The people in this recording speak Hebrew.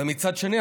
ומצד שני,